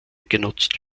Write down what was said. genutzt